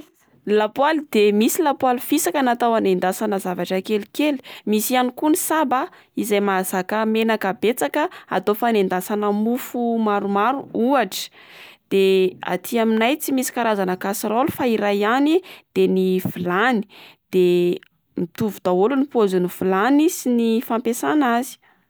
Ny lapoaly de misy lapoaly fisaka natao anendasana zavatra kelikely, misy ihany koa ny saba izay mahazaka menaka betsaka atao fanendasana mofo maromaro ohatra, de aty aminay tsy misy karazana kasiraoly fa iray ihany de ny vilany, de mitovy daholo ny paoziny vilany sy ny fampiasana azy.